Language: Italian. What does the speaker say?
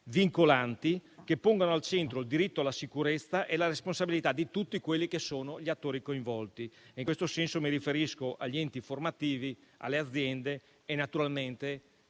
vincolanti, che pongano al centro il diritto alla sicurezza e la responsabilità di tutti quelli che sono gli attori coinvolti. In questo senso mi riferisco agli enti formativi, alle aziende e, naturalmente,